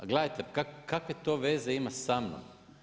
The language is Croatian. Pa gledajte, kakve to veze ima sa mnom?